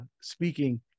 speaking